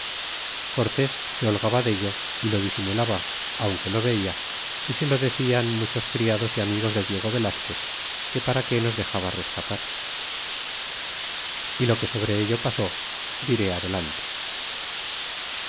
se holgaba dello y lo disimulaba aunque lo vela y se lo decian muchos criados y amigos de diego velazquez que para qué nos dexaba rescatar y lo que sobre ello pasó diré adelante